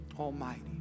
Almighty